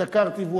את הקרטיב,